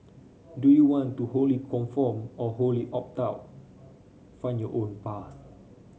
do you want to wholly conform or wholly opt out find your own path